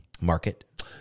market